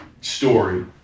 story